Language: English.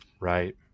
Right